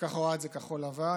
ככה רואה את זה כחול לבן,